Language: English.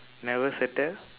never settle